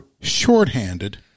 short-handed